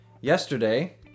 Yesterday